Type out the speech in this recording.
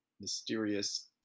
mysterious